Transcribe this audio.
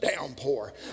downpour